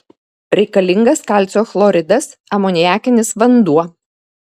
reikalingas kalcio chloridas amoniakinis vanduo